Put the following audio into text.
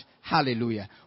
Hallelujah